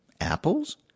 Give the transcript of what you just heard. Apples